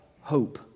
hope